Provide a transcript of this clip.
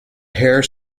hare